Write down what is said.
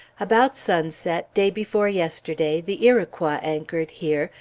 about sunset, day before yesterday, the iroquois anchored here,